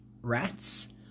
Rats